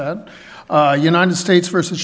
that united states versus